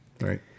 right